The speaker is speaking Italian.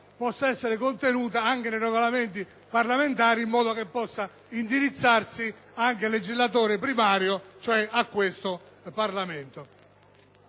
possa essere contenuta anche nei Regolamenti parlamentari, in modo che possa indirizzarsi al legislatore primario, cioè al Parlamento.